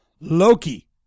Loki